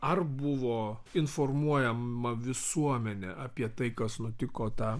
ar buvo informuojama visuomenė apie tai kas nutiko tą